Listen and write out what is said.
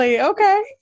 Okay